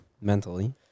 Mentally